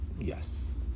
Yes